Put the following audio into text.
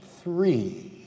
three